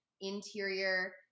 interior